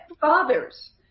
fathers